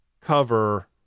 cover